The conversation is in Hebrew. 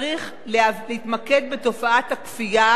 צריך להתמקד בתופעת הכפייה,